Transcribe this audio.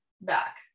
back